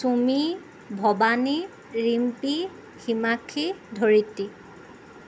Chumi Bhabani Rimpi Himakshi Dharitri